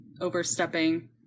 overstepping